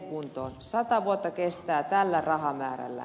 sata vuotta kestää tällä rahamäärällä